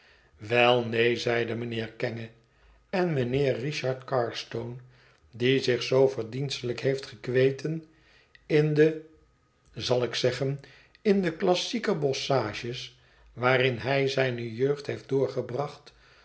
wel neen zeide mijnheer kenge en mijnheer richard carstone die zich zoo verdienstelijk heeft gekweten in de zal ik zeggen in de classieke bosschages waarin hij zijne jeugd heeft doorgebracht